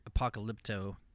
apocalypto